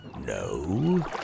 No